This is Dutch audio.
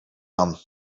aan